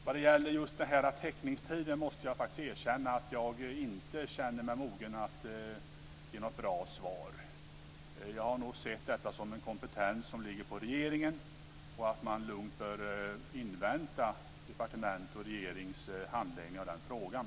Vad det gäller just teckningstiden måste jag faktiskt erkänna att jag inte känner mig mogen att ge något bra svar. Jag har nog sett detta som en kompetens som ligger på regeringen. Man bör lugnt invänta departementets och regeringens handläggning av den frågan.